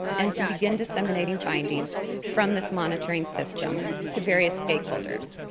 and to begin disseminating findings from this monitoring system to various stakeholders,